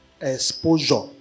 exposure